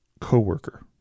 coworker